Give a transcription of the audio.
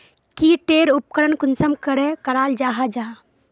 की टेर उपकरण कुंसम करे कराल जाहा जाहा?